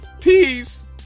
Peace